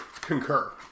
Concur